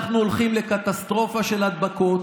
אנחנו הולכים לקטסטרופה של הדבקות.